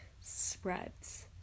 spreads